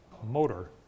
motor